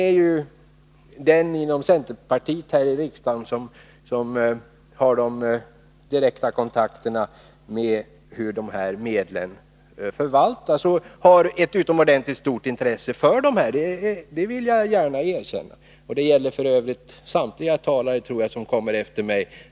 Han är den centerpartist här i riksdagen som har direkta kontakter med dem som förvaltar dessa medel. Han har ett utomordentligt stort intresse för detta stöd — det vill jag gärna erkänna. Det gäller f. ö. samtliga talare som kommer efter mig.